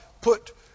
put